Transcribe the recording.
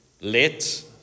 let